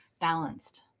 balanced